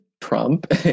trump